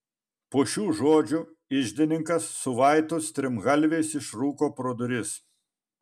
po šių žodžių iždininkas su vaitu strimgalviais išrūko pro duris